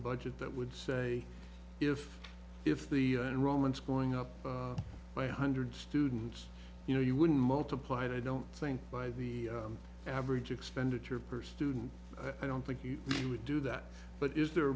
budget that would say if if the roman's going up by one hundred students you know you wouldn't multiply i don't think by the average expenditure per student i don't think you would do that but is there a